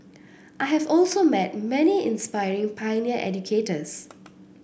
I have also met many inspiring pioneer educators